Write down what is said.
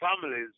families